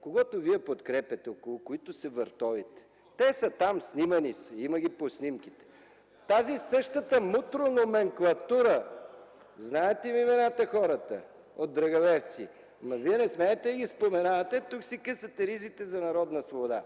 когото Вие подкрепяте, около който се въртолите. Те са там, снимани са, има ги по снимките. На тази, същата мутрономенклатура, знаят им имената хората от Драгалевци. Но Вие не смеете да ги споменавате. Тук си късате ризите за народна свобода.